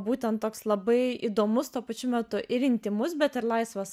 būtent toks labai įdomus tuo pačiu metu ir intymus bet ir laisvas